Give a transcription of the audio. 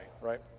right